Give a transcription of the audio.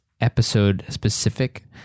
episode-specific